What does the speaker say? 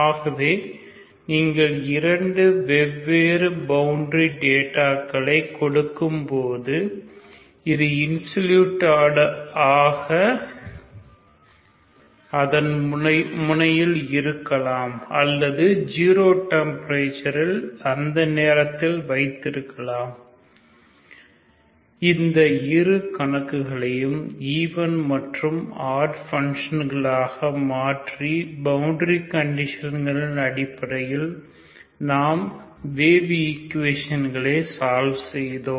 ஆகவே நீங்கள் இரண்டு வெவ்வேறு பவுண்டரி டேட்டா க்களை கொடுக்கும்போது அது இன்சலுடாட் ஆக அதன் முனையில் இருக்கலாம் அல்லது ஜீரோ டெம்பரேச்சரில் அந்த நேரத்தில் வைத்திருக்கலாம் இந்த இரு கணக்குகளையும் ஈவன் மற்றும் ஆட் பன்ஷன்களாக மாற்றி பவுண்டரி கண்டிஷன் களின் அடிப்படையில் நாம் வேவ் ஈக்குவேஷன்களை சால்வ் செய்தோம்